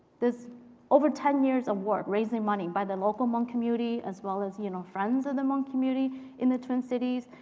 over ten years of work, raising money by the local hmong community as well as you know friends of the hmong community in the twin cities,